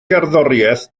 gerddoriaeth